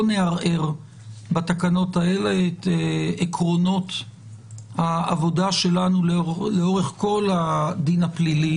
לא נערער בתקנות האלה את עקרונות העבודה שלנו לאורך כל הדין הפלילי